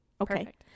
Okay